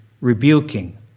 rebuking